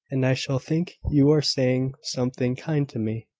and i shall think you are saying something kind to me.